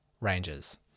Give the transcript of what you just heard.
ranges